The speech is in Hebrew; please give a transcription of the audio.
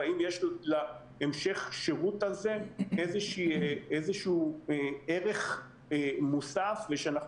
והאם יש להמשך השירות הזה איזשהו ערך מוסף ושאנחנו